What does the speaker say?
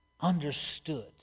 understood